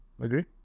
Agree